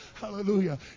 Hallelujah